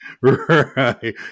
Right